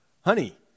Honey